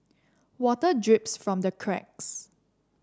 water drips from the cracks